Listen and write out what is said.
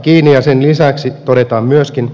sen lisäksi todetaan myöskin